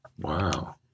Wow